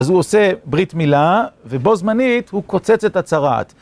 אז הוא עושה ברית מילה, ובו זמנית הוא קוצץ את הצרת.